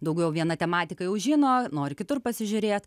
daugiau vieną tematiką jau žino nori kitur pasižiūrėt